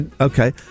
Okay